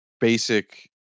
basic